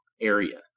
area